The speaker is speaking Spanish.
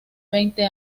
veinte